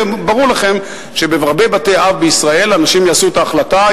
וברור לכם שבהרבה בתי-אב בישראל אנשים יעשו את ההחלטה,